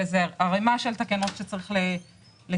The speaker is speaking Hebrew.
אבל יש ערימה של תקנות שצריך לתקן.